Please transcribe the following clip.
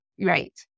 Right